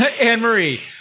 Anne-Marie